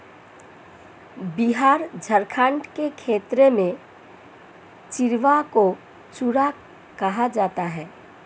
बिहार झारखंड के क्षेत्र में चिड़वा को चूड़ा कहा जाता है